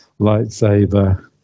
lightsaber